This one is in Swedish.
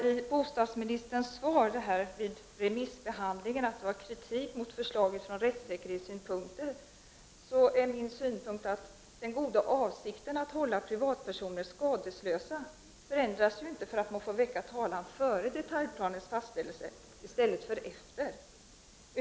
I bostadsministerns svar sägs att det vid remissbehandlingen förekom kri tik mot förslaget från rättssäkerhetssynpunkter. Min kommentar till det är att den goda avsikten att hålla privatpersoner skadeslösa inte förändras därför att man får väcka talan före detaljplanens fastställelse i stället för efter.